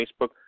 Facebook